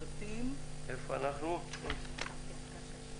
"(6)